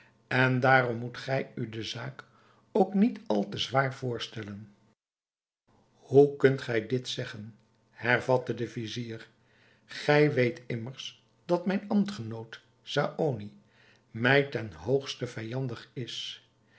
en daarom moet gij u de zaak ook niet al te zwaar voorstellen hoe kunt gij dit zeggen hervatte de vizier gij weet immers dat mijn ambtgenoot saony mij ten hoogste vijandig is